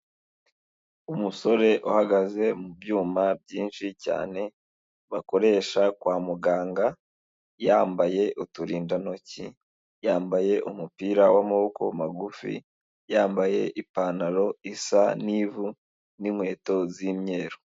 Umusore uhagaze mu byuma byinshi cyane bakoresha kwa muganga yambaye uturindantoki, yambaye umupira w'amaboko magufi, yambaye ipantaro isa n'ivu n'inkweto z'imyeru.